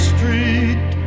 Street